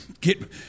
get